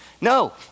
No